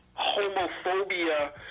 homophobia